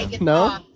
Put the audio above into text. No